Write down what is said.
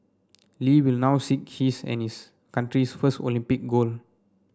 Lee will now seek his and his country's first Olympic gold